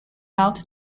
out